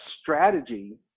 strategy